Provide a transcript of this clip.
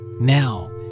Now